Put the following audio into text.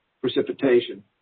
precipitation